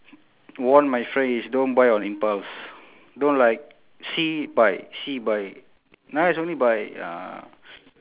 warn my friend is don't buy on impulse don't like see buy see buy nice only buy ya